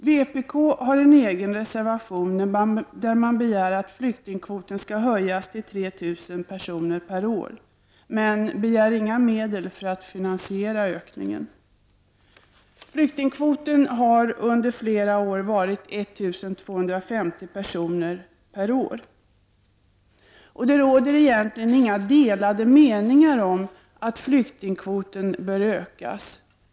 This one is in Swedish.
Vpk har en egen reservation i vilken man begär att flyktingkvoten skall höjas till 3000 personer per år, men man begär inga medel för att finansiera ökningen. Flyktingkvoten har under flera år varit 1250 personer per år. Det råder egentligen inga delade meningar om att denna kvot bör höjas.